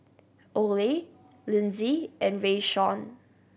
Ole Linzy and Rayshawn